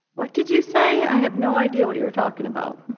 what did you say? i have no idea what you were talking about.